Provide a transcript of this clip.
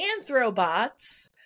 anthrobots